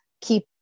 keep